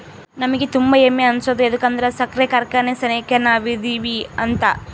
ನಮಿಗೆ ತುಂಬಾ ಹೆಮ್ಮೆ ಅನ್ಸೋದು ಯದುಕಂದ್ರ ಸಕ್ರೆ ಕಾರ್ಖಾನೆ ಸೆನೆಕ ನಾವದಿವಿ ಅಂತ